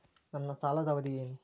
ನನ್ನ ಸಾಲದ ಅವಧಿ ಏನು?